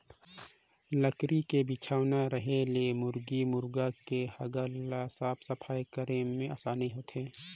लकरी के बिछौना रहें ले मुरगी मुरगा के हगल ल साफ सफई करे में आसानी होथे